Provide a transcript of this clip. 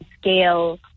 scale